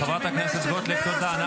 חברת הכנסת גוטליב, תודה.